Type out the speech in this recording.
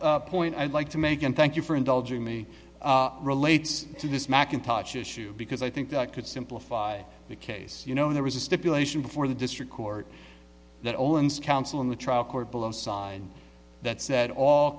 last point i'd like to make and thank you for indulging me relates to this mackintosh issue because i think that could simplify the case you know there was a stipulation before the district court that owns council in the trial court below sign that said all